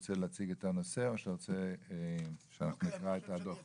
אתה רוצה להציג את הנושא או שאנחנו נקרא את הדוח?